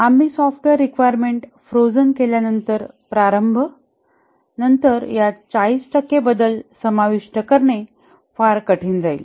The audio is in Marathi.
आम्ही सॉफ्टवेअर रिक्वायरमेंन्ट फ्रोजन केल्यानंतर प्रारंभ नंतरयात 40 टक्के बदल समाविष्ट करणे फार कठीण जाईल